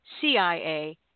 CIA